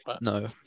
No